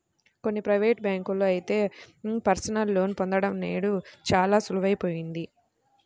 కొన్ని ప్రైవేటు బ్యాంకుల్లో అయితే పర్సనల్ లోన్ పొందడం నేడు చాలా సులువయిపోయింది